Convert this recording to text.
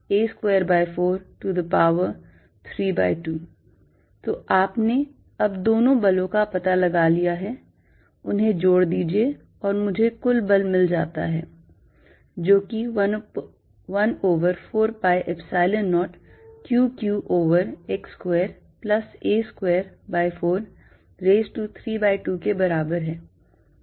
F214π0Qqxxa2yx2a2432 तो आपने अब दोनों बलों का पता लगा लिया है उन्हें जोड़ दीजिए और मुझे कुल बल मिल जाता है जो कि 1 over 4 pi epsilon 0 Q q over x square plus a square by 4 raise to 3 by 2 के बराबर है